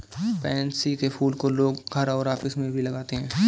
pansy के फूल को लोग घर और ऑफिस में भी लगाते है